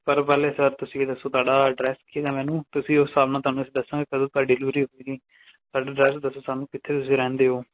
ਪਰ ਪਹਿਲੇ ਸਰ ਤੁਸੀਂ ਇਹ ਦੱਸੋ ਤੁਹਾਡਾ ਅਡਰੈਸ ਕੀ ਹੈ ਮੈਨੂੰ ਤੁਸੀਂ ਉਸ ਹਿਸਾਬ ਤੁਹਾਨੂੰ ਅਸੀਂ ਦੱਸਾਂਗੇ ਕਦੋਂ ਤੁਹਾਡੀ ਡਿਲਵਰੀ ਹੋਏਗੀ ਤੁਹਾਡਾ ਅਡਰੈਸ ਦੱਸੋ ਸਾਨੂੰ ਕਿੱਥੇ ਤੁਸੀਂ ਰਹਿੰਦੇ ਹੋ